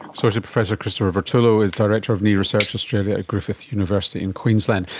associate professor christopher vertullo is director of knee research australia at griffith university in queensland.